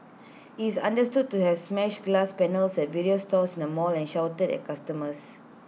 he is understood to has smashed glass panels at various stores in the mall and shouted at customers